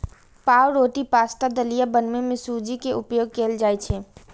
पावरोटी, पाश्ता, दलिया बनबै मे सूजी के उपयोग कैल जाइ छै